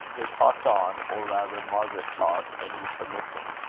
they talked on, or rather, margaret talked and euphra listened,